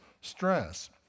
stress